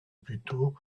plutôt